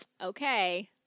okay